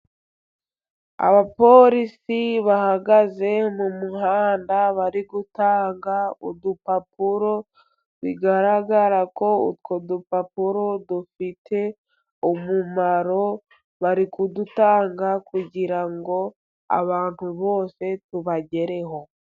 Abaporisi bahagaze mu muhanda bari gutanga udupapuro bigaragara ko utwo dupapuro dufite umumaro, bari kudutanga kugirango abantu bose tubagereho.